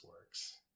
works